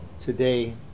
Today